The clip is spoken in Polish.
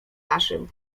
naszym